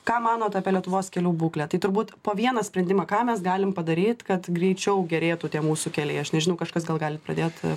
ką manot apie lietuvos kelių būklę tai turbūt po vieną sprendimą ką mes galim padaryt kad greičiau gerėtų tie mūsų keliai aš nežinau kažkas gal galit pradėt